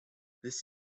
this